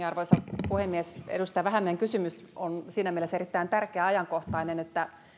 arvoisa puhemies edustaja vähämäen kysymys on siinä mielessä erittäin tärkeä ja ajankohtainen että